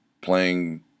playing